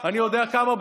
הפוך.